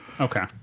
Okay